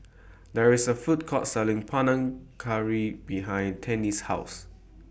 There IS A Food Court Selling Panang Curry behind Tinnie's House